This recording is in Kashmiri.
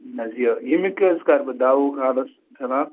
نہ حظ یہِ ییٚمیُک کیاہ حظ کَرٕ بہٕ دوہُک حالَس فِلحال